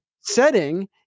setting